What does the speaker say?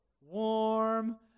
warm